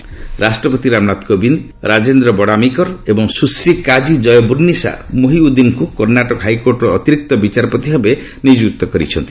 president ରାଷ୍ଟ୍ରପତି ରାମନାଥ କୋବିନ୍ଦ ରାଜେନ୍ଦ୍ର ବଡ଼ାମିକର ଏବଂ ସୁଶ୍ରୀ ଖାଜି ଜୟବୁର୍ଣିସା ମୋହିଉଦ୍ଦିନ୍ଙ୍କୁ କର୍ଣ୍ଣାଟକ ହାଇକୋର୍ଟର ଅତିରିକ୍ତ ବିଚାରପତି ଭାବେ ନିଯୁକ୍ତ କରିଛନ୍ତି